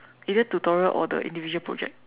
either tutorial or the individual project